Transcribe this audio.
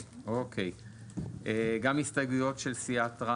ההסתייגויות לא